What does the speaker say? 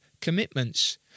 commitments